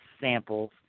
samples